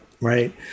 Right